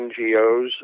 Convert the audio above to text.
NGOs